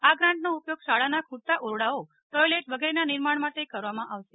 આ ગ્રાન્ટનો ઉપયોગ શાળાના ખૂટતા ઓરડાઓટોયલેટ વગેરેનાં નિર્માણ માટે કરવામાં આવશે